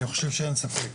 אני חושב שאין ספק,